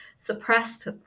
suppressed